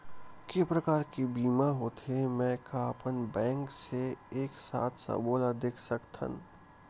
के प्रकार के बीमा होथे मै का अपन बैंक से एक साथ सबो ला देख सकथन?